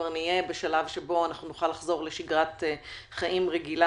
נוכל כבר לחזור לשגרת חיים רגילה